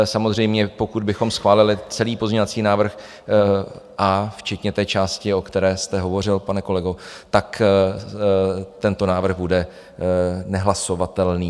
Samozřejmě, pokud bychom schválili celý pozměňovací návrh včetně té části, o které jste hovořil, pane kolego, tento návrh bude nehlasovatelný.